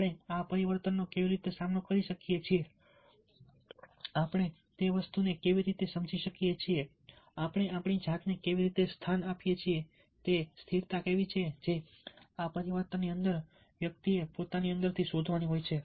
આપણે આ પરિવર્તનનો કેવી રીતે સામનો કરીએ છીએ આપણે કેવી રીતે સમજીએ છીએ આપણે આપણી જાતને કેવી રીતે સ્થાન આપીએ છીએ તે સ્થિરતા કેવી છે જે આ પરિવર્તનની અંદર વ્યક્તિએ પોતાની અંદરથી શોધવાની હોય છે